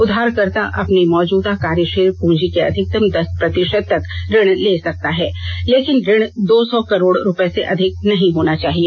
उधारकर्ता अपनी मौजूदा कार्यशील पूंजी के अधिकतम दस प्रतिशत तक ऋण ले सकता है लेकिन ऋण दो सौ करोड़ रुपये से अधिक नहीं होना चाहिए